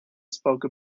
spoke